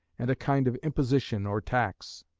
and a kind of imposition or tax.